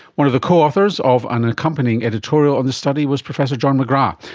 one of the co-authors of an accompanying editorial on this study was professor john mcgrath,